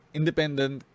independent